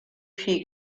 vieh